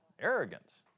arrogance